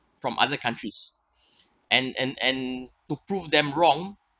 from other countries and and and to prove them wrong